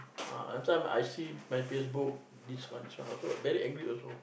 ah some I see my Facebook this one also very angry also